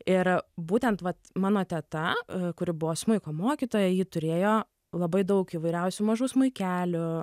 ir būtent vat mano teta kuri buvo smuiko mokytoja ji turėjo labai daug įvairiausių mažų smuikelių